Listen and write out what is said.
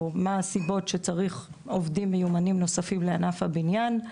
או מה הסיבות שבגינן צריך עובדים מיומנים נוספים לענף הבניין.